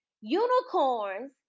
unicorns